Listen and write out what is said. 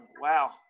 Wow